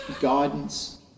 guidance